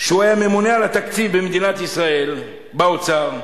שהיה הממונה על התקציבים במדינת ישראל, באוצר,